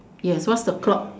yes what's the clock